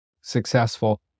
successful